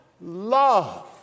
love